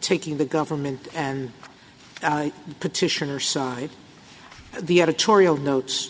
taking the government and petitioner side the editorial notes